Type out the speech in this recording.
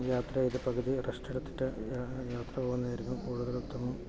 യാത്ര ചെയ്ത് പകുതി റസ്റ്റെടുത്തിട്ട് യാത്ര പോകുന്നതായിരിക്കും കൂടുതൽ ഉത്തമം